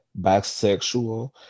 bisexual